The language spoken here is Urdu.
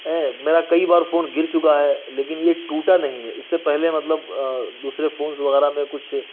میرا کئی بار فون گر چکا ہے لیکن یہ ٹوٹا نہیں ہے اس سے پہلے مطلب دوسرے فونز وغیرہ میں کچھ